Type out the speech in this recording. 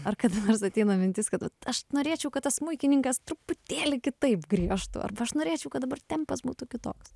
ar kada nors ateina mintis kad aš norėčiau kad tas smuikininkas truputėlį kitaip griežtų arba aš norėčiau kad dabar tempas būtų kitoks